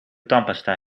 tandpasta